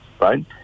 right